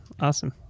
awesome